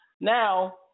Now